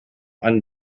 eine